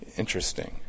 Interesting